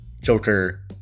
Joker